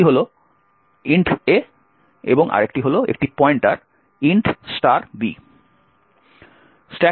একটি হল int a এবং আরেকটি হল একটি পয়েন্টার int b